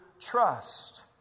trust